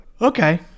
Okay